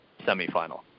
semifinal